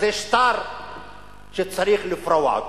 אז יש שטר שצריך לפרוע אותו.